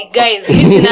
guys